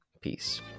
Peace